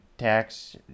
tax